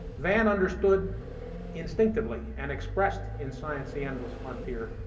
van understood instinctively, and expressed in science the endless frontier,